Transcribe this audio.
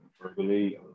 verbally